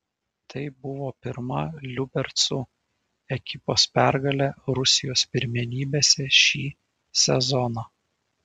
tai buvo pirma liubercų ekipos pergalė rusijos pirmenybėse šį sezoną